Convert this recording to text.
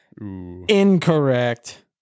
Incorrect